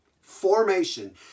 Formation